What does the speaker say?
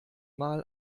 mal